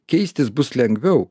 keistis bus lengviau